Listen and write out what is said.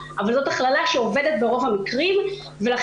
אבל זאת הכללה שעובדת ברוב המקרים.